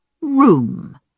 room